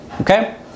okay